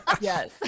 yes